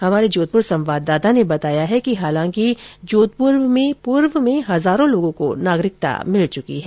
हमारे जोधपुर संवाददाता ने बताया है कि हालांकि जोधपुर में पूर्व में हजारों लोगों को नागरिकता मिल चुकी है